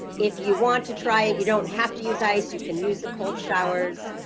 if you want to try it, you don't have to use ice you can use the cold showers